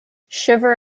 shiver